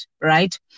right